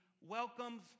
welcomes